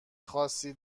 خاصی